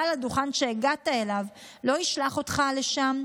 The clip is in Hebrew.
בעל הדוכן שהגעת אליו לא ישלח אותך לשם,